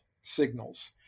signals